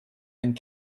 and